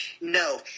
no